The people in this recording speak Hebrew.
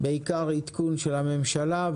בעיקר עדכון של הממשלה,